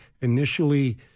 initially